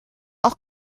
auch